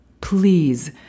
Please